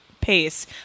pace